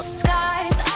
skies